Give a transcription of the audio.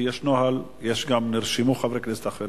כי יש נוהל וגם נרשמו חברי כנסת אחרים.